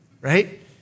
right